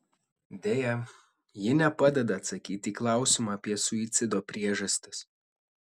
deja ji nepadeda atsakyti į klausimą apie suicido priežastis